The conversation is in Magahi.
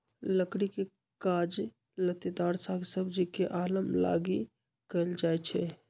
लकड़ी के काज लत्तेदार साग सब्जी के अलाम लागी कएल जाइ छइ